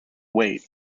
weight